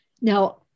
Now